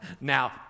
Now